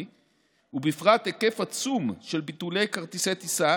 ובפרט היקף עצום של ביטולי כרטיסי טיסה